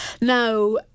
Now